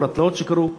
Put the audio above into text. וכל התלאות שקרו.